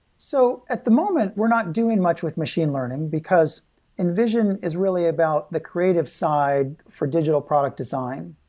so at the moment, we're not doing much with machine learning, because invision is really about the creative side for digital product design.